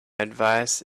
advice